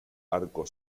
arco